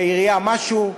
בעירייה, משהו.